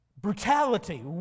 brutality